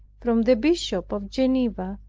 from the bishop of geneva,